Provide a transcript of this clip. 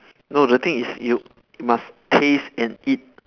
no the thing is you must taste and eat